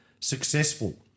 successful